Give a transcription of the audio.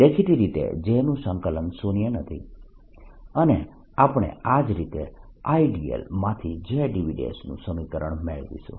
દેખીતી રીતે J નું સંકલન શૂન્ય નથી અને આપણે આ જ રીતે I dl માંથી J dV નું સમીકરણ મેળવીશું